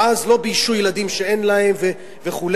ואז לא ביישו ילדים שאין להם וכו',